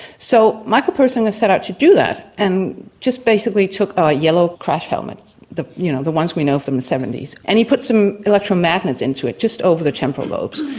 so michael persinger has set out to do that and just basically took a yellow crash helmet, you know the ones we know from the seventy s, and he put some electro magnets into it, just over the temporal lobes,